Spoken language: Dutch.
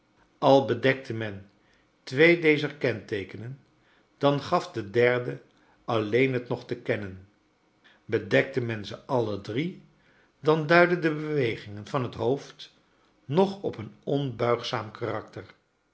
al bedekte men twee dezer kenteekenen dan gaf de derde alleen het nog te kennen bedekte men ze alle drie dan duidden de bewegingen van het hoofd nog op een onbuigzaam karakter